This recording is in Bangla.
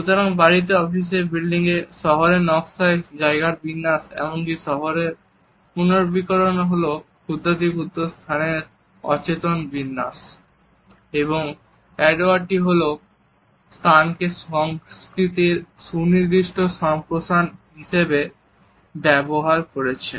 সুতরাং বাড়িতে অফিসে বিল্ডিংয়ে শহরের নকশায় জায়গার বিন্যাস এমনকি শহরের পুনর্নবীকরণও হল ক্ষুদ্রাতিক্ষুদ্র স্থানের অচেতন বিন্যাস এবং এডোয়ার্ড টি হল স্থানকে সংস্কৃতির সুনির্দিষ্ট সম্প্রসারণ হিসাবে ব্যবহার করেছেন